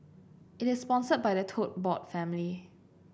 it is sponsored by the Tote Board family